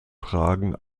fragen